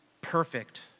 perfect